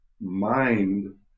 mind